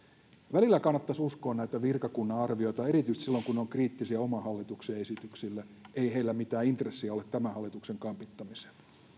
välillä kannattaisi uskoa näitä virkakunnan arvioita erityisesti silloin kun ne ovat kriittisiä oman hallituksen esityksille ei heillä mitään intressiä ole tämän hallituksen kampittamiseen